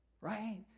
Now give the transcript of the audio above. right